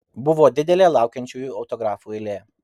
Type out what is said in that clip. buvo didelė laukiančiųjų autografų eilė